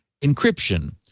encryption